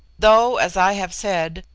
though, as i have said,